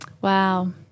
Wow